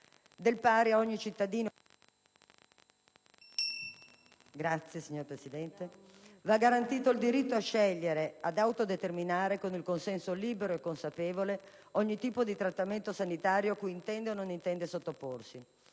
paziente, va garantito il diritto a scegliere, ad autodeterminare, con il consenso, libero e consapevole, ogni tipo di trattamento sanitario cui intende o non intende sottoporsi.